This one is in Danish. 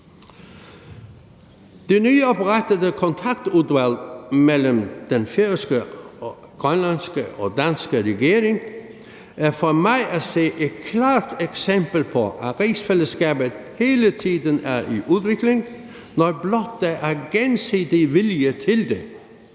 Det nyoprettede Kontaktudvalg mellem den færøske, grønlandske og danske regering er for mig at se et klart eksempel på, at rigsfællesskabet hele tiden er i udvikling, når blot der er gensidig vilje til det.